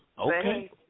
Okay